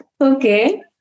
Okay